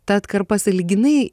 ta atkarpa sąlyginai